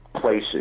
places